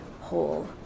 whole